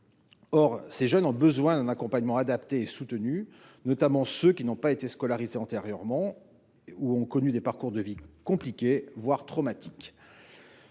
Or ces jeunes ont besoin d’un accompagnement adapté et soutenu, notamment ceux qui n’ont pas été scolarisés antérieurement ou qui ont connu des parcours de vie compliqués, voire traumatiques.